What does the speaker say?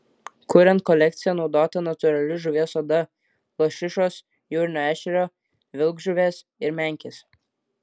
kuriant kolekciją naudota natūrali žuvies oda lašišos jūrinio ešerio vilkžuvės ir menkės